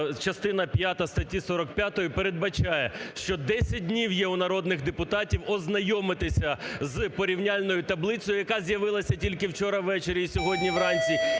частина п'ята статті 45 передбачає, що 10 днів є у народних депутатів ознайомитися з порівняльною таблицею, яка з'явилася тільки вчора ввечері і сьогодні вранці,